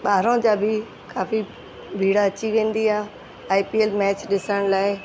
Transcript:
ॿाहिरां जा बि काफ़ी भीड़ अची वेंदी आहे आई पी एल मैच ॾिसण लाइ